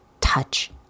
touch